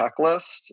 checklist